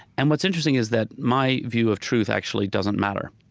and what's interesting is that my view of truth actually doesn't matter.